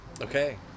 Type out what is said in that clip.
okay